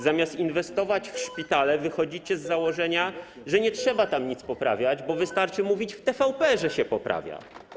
Zamiast inwestować w szpitale, wychodzicie z założenia, że nie trzeba tam nic poprawiać, bo wystarczy mówić w TVP, że się poprawia.